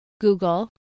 Google